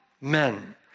men